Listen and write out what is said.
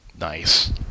Nice